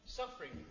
suffering